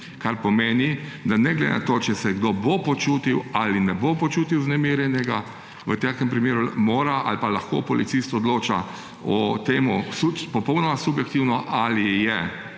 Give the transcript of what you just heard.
kar pomeni, da ne glede na to, ali se kdo bo počutil ali ne bo počutil vznemirjenega, v takem primeru mora ali pa lahko policist odloči o tem popolnoma subjektivno, ali bi